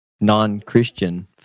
non-Christian